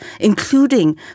including